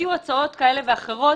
שהציעו הצעות כאלה ואחרות.